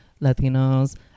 latinos